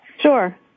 Sure